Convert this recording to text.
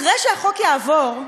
אחרי שהחוק יעבור,